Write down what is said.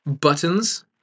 buttons